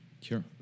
Sure